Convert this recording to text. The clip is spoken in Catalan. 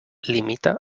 limita